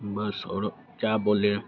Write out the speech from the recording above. बस और क्या बोले